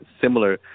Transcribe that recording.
similar